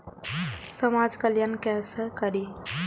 समाज कल्याण केसे करी?